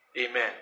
Amen